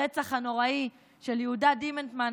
הרצח הנוראי של יהודה דימנטמן,